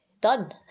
done